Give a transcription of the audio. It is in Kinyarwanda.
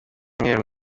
mweru